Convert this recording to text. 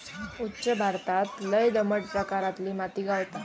उत्तर भारतात लय दमट प्रकारातली माती गावता